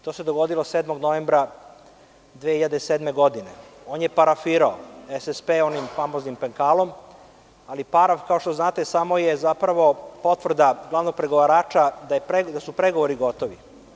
To se dogodilo 7. novembra 2007. godine. on je parafirao SSP onim famoznim penkalom, ali paraf, kao što znate, samo je zapravo potvrda glavnog pregovarača da su pregovori gotovi.